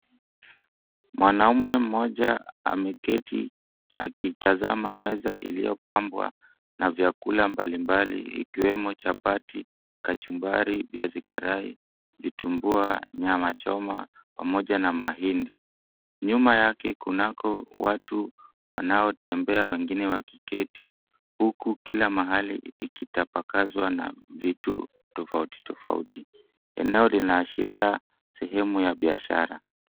Mwanaume mmoja ameketi akitazama meza iliyopambwa na vyakula mbalimbali, ikiwemo chapati kachumbari, viazi karai, vitumbua, nyama choma, pamoja na mahindi. Nyuma yake kunako watu wanaotembea wengine wakiketi, huku kila mahali ikitapakazwa na vitu tofauti tofauti. Eneo linaashiria sehemu ya biashara.